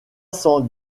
sans